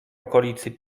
okolicy